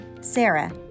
Sarah